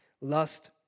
lust